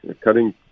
cutting